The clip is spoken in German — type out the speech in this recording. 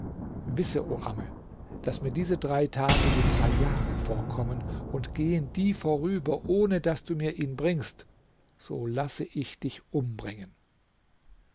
wisse o amme daß mir diese drei tage wie drei jahre vorkommen und gehen die vorüber ohne daß du mir ihn bringst so lasse ich dich umbringen